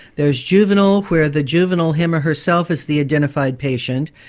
there's juvenile, where the juvenile him or herself is the identified patient,